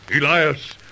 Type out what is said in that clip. Elias